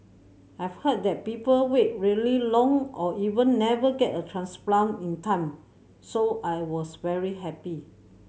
I've heard that people wait really long or even never get a transplant in time so I was very happy